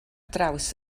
draws